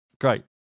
great